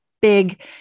big